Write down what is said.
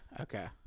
okay